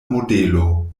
modelo